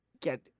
get